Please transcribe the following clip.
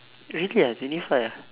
really ah twenty five ah